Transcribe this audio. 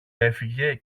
έφυγε